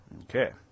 Okay